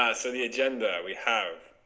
ah so the agenda we have